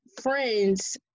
friends